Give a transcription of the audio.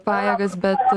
pajėgas bet